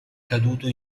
caduto